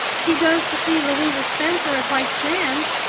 he goes to see louisa spencer at white sands,